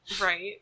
Right